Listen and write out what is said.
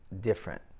different